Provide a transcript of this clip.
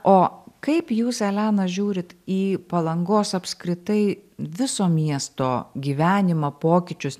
o kaip jūs elena žiūrit į palangos apskritai viso miesto gyvenimą pokyčius